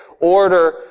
order